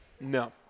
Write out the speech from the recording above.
No